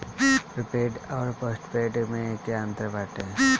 Prepaid अउर postpaid में का अंतर बाटे?